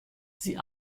sie